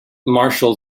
marshall